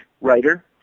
writer